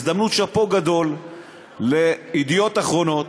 הזדמנות: שאפו גדול ל"ידיעות אחרונות",